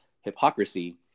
hypocrisy